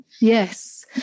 yes